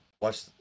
watch